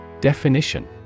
Definition